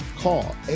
Call